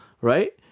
right